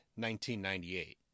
1998